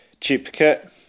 Duplicate